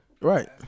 Right